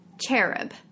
Cherub